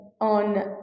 On